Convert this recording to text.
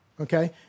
okay